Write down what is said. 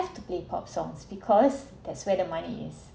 to play pop songs because that's where the money is